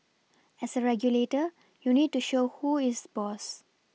as a regulator you need to show who is boss